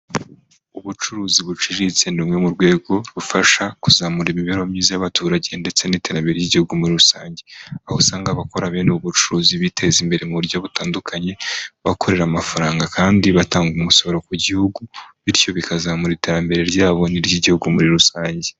Ubucuruzi buciriritse ni bumwe mu rwego rufasha kuzamura imibereho myiza y'abaturage ndetse n'iterambere ry'igihugu muri rusange, aho usanga abakora bene ubucuruzi biteza imbere mu buryo butandukanye, bakorera amafaranga kandi batanga umusaruro ku gihugu, bityo bikazamura iterambere ryabo n'iry'igihugu muri rusange.